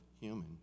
human